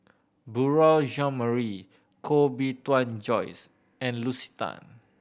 Beurel Jean Marie Koh Bee Tuan Joyce and Lucy Tan